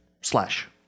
slash